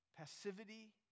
Passivity